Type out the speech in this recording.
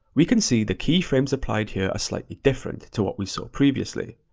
we can see the keyframe supplied here are slightly different to what we saw previously.